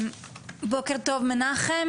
אני עו"ד מנחם